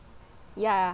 ya